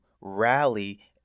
rally